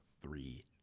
three